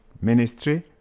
ministry